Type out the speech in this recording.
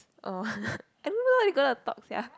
oh I don't know what they even going to talk sia